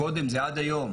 "קודם" זה עד היום